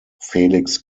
felix